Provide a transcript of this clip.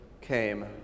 came